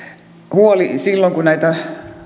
huoli silloin kun näitä